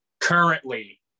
currently